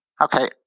Okay